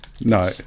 No